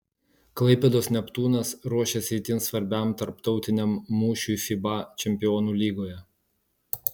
klaipėdos neptūnas ruošiasi itin svarbiam tarptautiniam mūšiui fiba čempionų lygoje